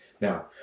Now